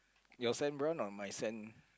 your sand brown or my sand